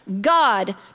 God